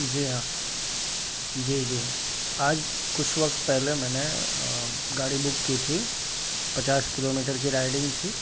جی ہاں جی جی آج کچھ وقت پہلے میں نے گاڑی بک کی تھی پچاس کلومیٹر کی رائڈنگ تھی